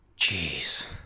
Jeez